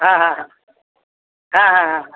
হ্যাঁ হ্যাঁ হ্যাঁ হ্যাঁ হ্যাঁ হ্যাঁ হ্যাঁ